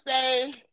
say